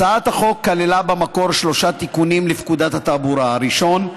הצעת החוק כללה במקור שלושה תיקונים לפקודת התעבורה: הראשון,